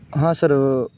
हां सर